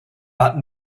but